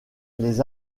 les